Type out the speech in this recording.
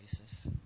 basis